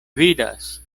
vidas